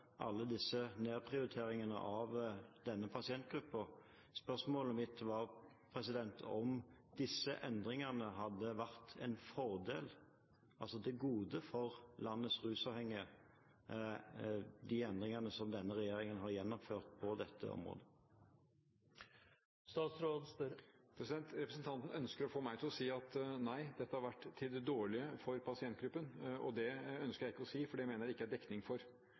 alle disse nedprioriteringene av denne pasientgruppen. Spørsmålet mitt var om de endringene som denne regjeringen har gjennomført på dette området, hadde vært en fordel – altså til det gode – for landets rusavhengige. Representanten ønsker å få meg til å si at dette har vært dårlig for pasientgruppen. Det ønsker jeg ikke å si, for det mener jeg det ikke er dekning for.